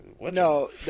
no